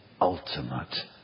ultimate